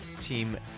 Team